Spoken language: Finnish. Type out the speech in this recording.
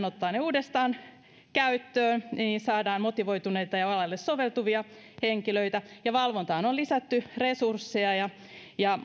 ottaa ne uudestaan käyttöön niin että saadaan motivoituneita ja alalle soveltuvia henkilöitä valvontaan on lisätty resursseja ja ja